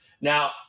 Now